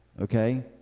Okay